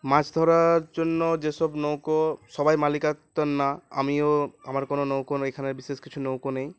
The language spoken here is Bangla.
মাছ ধরার জন্য যেসব নৌকো সবাই মালিকার্ত না আমিও আমার কোনো নৌকো ন এখানে বিশেষ কিছু নৌকো নেই